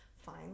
fine